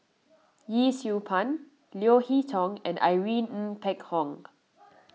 Yee Siew Pun Leo Hee Tong and Irene Ng Phek Hoong